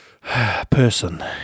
person